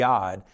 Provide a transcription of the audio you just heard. God